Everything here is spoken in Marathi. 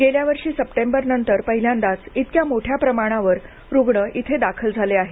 गेल्या वर्षी सप्टेंबरनंतर पहिल्यांदाच इतक्या मोठ्या प्रमाणावर रुग्ण इथे दाखल झाले आहेत